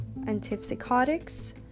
antipsychotics